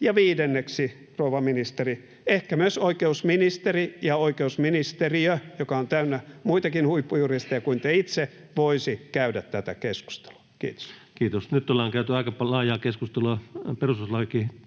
Ja viidenneksi, rouva ministeri, ehkä myös oikeusministeri ja oikeusministeriö, joka on täynnä muitakin huippujuristeja kuin te itse, voisi käydä tätä keskustelua. — Kiitos. Voitte jatkaa sen verran,